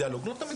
רק כדוגמה,